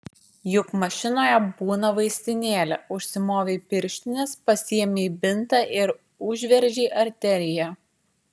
juk mašinoje būna vaistinėlė užsimovei pirštines pasiėmei bintą ir užveržei arteriją